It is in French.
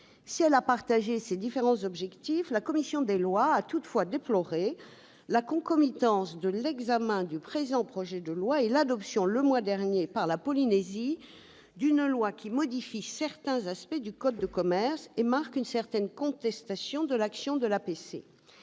Si elle fait siens ces différents objectifs, la commission a déploré la concomitance de l'examen du présent texte et de l'adoption, le mois dernier, par la Polynésie d'une loi qui modifie certains aspects du code de commerce et marque une certaine contestation de l'action de l'APC.